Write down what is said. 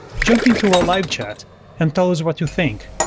jump into our live chat and tell us what you think.